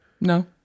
No